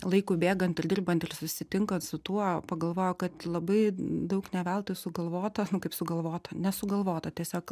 laikui bėgant ir dirbant ir susitinkan su tuo pagalvojau kad labai daug ne veltui sugalvota nu kaip sugalvota nesugalvota tiesiog